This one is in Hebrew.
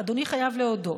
אדוני חייב להודות,